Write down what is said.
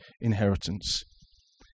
inheritance